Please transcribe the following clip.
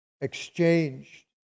exchanged